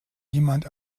jemand